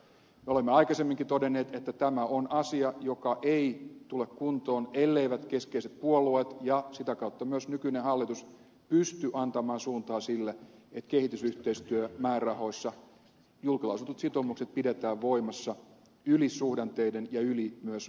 me olemme aikaisemminkin todenneet että tämä on asia joka ei tule kuntoon elleivät keskeiset puolueet ja sitä kautta myös nykyinen hallitus pysty antamaan suuntaa sille että kehitysyhteistyömäärärahoissa julkilausutut sitoumukset pidetään voimassa yli suhdanteiden ja myös yli vaalikausien